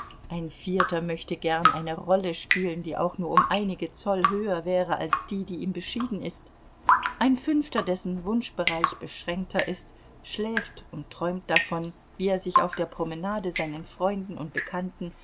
ein vierter möchte gern eine rolle spielen die auch nur um einige zoll höher wäre als die die ihm beschieden ist ein fünfter dessen wunschbereich beschränkter ist schläft und träumt davon wie er sich auf der promenade seinen freunden und bekannten